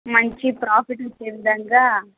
మంచి ప్రాఫిట్ వచ్చే విధంగా